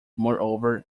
moreover